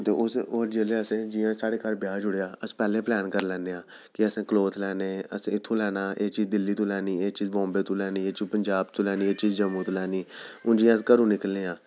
ते ओह् जेल्लै असें जि'यां साढ़े घर ब्याह् जुड़ेआ अस पैह्लें प्लैन करी लैन्ने आं कि असें क्लोथ लैने असें इत्थूं लैनां एह् चीज़ दिल्ली तों लैनी एह् चीज़ बॉम्बे तों लैनी एह् चीज़ पंजाब चों लैनी एह् चीज़ जम्मू तों लैनी हून जि'यां अस घरों निकलने आं